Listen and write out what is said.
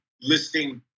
listing